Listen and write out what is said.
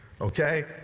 Okay